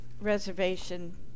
reservation